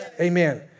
Amen